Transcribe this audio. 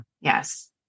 Yes